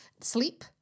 Sleep